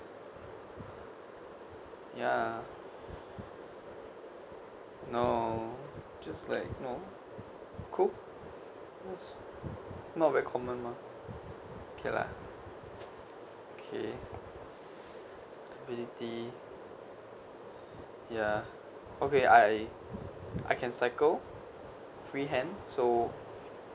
ya no just like you know cool not very common mah okay lah okay ability ya okay I I can cycle freehand so